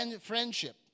friendship